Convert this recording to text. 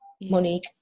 Monique